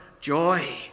joy